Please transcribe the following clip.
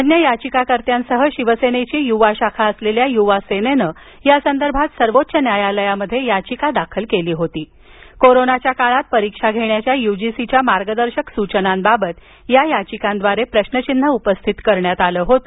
अन्य याचिकाकर्त्यांसह शिवसेनेची युवा शाखा असलेल्या युवा सेनेनं या संदर्भात सर्वोच्च न्यायालयात याचिका दाखल केली होती आणि कोरोनाच्या काळात परीक्षा घेण्याच्या युजीसीच्या मार्गदर्शक सूचनेवर प्रश्नचिन्ह उपस्थित केल होत